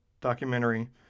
documentary